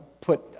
put